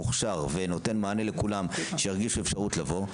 מוכשר ונותן מענה לכולם שירגישו אפשרות לבוא,